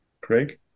Craig